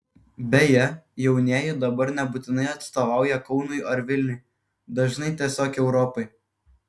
beje jaunieji dabar nebūtinai atstovauja kaunui ar vilniui dažnai tiesiog europai